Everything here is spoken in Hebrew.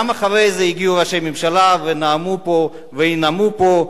גם אחרי זה הגיעו ראשי ממשלה ונאמו פה וינאמו פה.